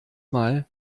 mal